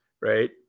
right